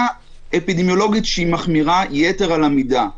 אפידמיולוגית שהיא מחמירה יתר על המידה.